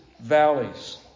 valleys